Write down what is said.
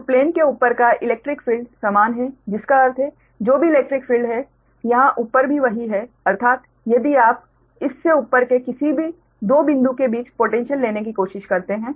तो प्लेन के ऊपर का इलैक्ट्रिक फील्ड समान है जिसका अर्थ है कि जो भी इलैक्ट्रिक फील्ड है यहाँ ऊपर भी वही है अर्थात यदि आप इस से ऊपर के किसी भी 2 बिंदु के बीच पोटैन्श्यल लेने की कोशिश करते हैं